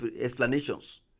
explanations